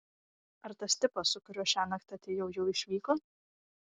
ar tas tipas su kuriuo šiąnakt atėjau jau išvyko